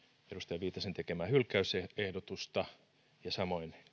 viitasen tekemää hylkäysehdotusta ja samoin